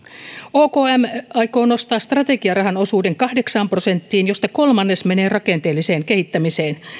okm aikoo nostaa strategiarahan osuuden kahdeksaan prosenttiin josta kolmannes menee rakenteelliseen kehittämiseen